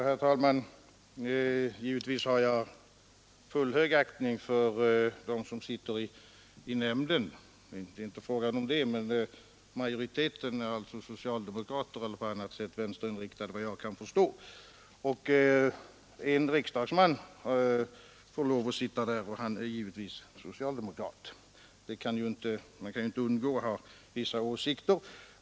Herr talman! Givetvis har jag full högaktning för dem som sitter i nämnden — det är inte fråga om det — men majoriteten består såvitt jag vet av socialdemokrater eller på annat sätt vänsterinriktade ledamöter. Dessutom får en riksdagsman tillhöra nämnden, och han är givetvis socialdemokrat och kan ju inte undgå att ha vissa åsikter.